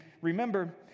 remember